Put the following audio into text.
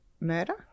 murder